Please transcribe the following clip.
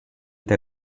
they